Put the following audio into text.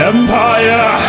Empire